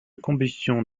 combustion